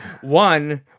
one